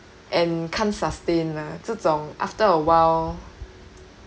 and can't sustain lah 这种 after awhile